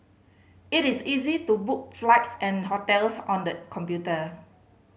it is easy to book flights and hotels on the computer